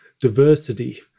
diversity